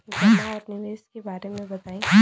जमा और निवेश के बारे मे बतायी?